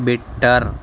bitter